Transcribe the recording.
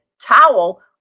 towel